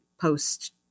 post